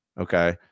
okay